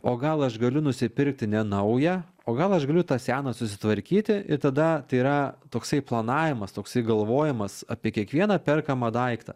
o gal aš galiu nusipirkti nenaują o gal aš galiu tą seną susitvarkyti ir tada tai yra toksai planavimas toksai galvojimas apie kiekvieną perkamą daiktą